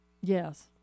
Yes